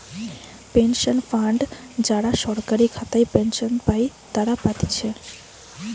pension fund যারা সরকারি খাতায় পেনশন পাই তারা পাতিছে